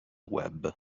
web